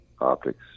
optics